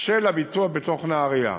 של הביצוע בתוך נהריה.